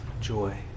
joy